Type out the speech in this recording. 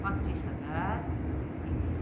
पच्चिस हजार एक लाख